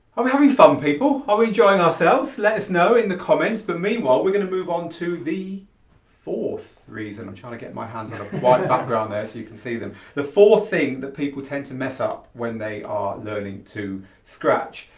are we having fun people? are we enjoying ourselves? let us know in the comments but meanwhile we're going to move on to the fourth reason. i'm trying to get my hands on a white and background there so you can see them. the fourth thing that people tend to mess up when they are learning to scratch.